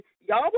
y'all